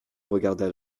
regarda